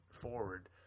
forward